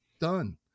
done